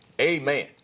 Amen